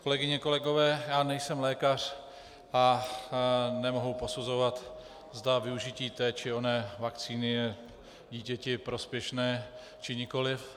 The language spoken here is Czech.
Kolegyně a kolegové, nejsem lékař a nemohu posuzovat, zda využití té či oné vakcíny je dítěti prospěšné, či nikoliv.